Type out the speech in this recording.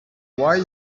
why